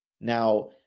now